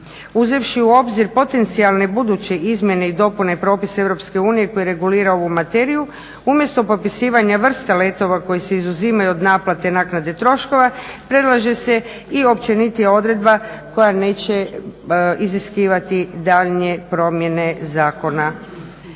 Uzevši u obzir potencijalne buduće izmjene i dopune propisa EU koje regulira ovu materiju umjesto popisivanja vrste letova koji se izuzimaju od naplate naknade troškova predlaže se i općenitija odredba koja neće iziskivati daljnje promjene zakona